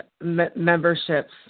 memberships